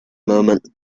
moment